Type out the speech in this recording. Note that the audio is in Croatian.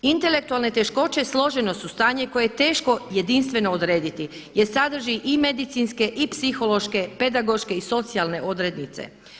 Intelektualne teškoće složeno su stanje koje je teško jedinstveno odrediti jer sadrži i medicinske i psihološke, pedagoške i socijalne odrednice.